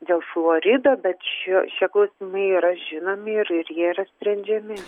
dėl florido bet ši šie klausimai yra žinomi ir ir jie yra sprendžiami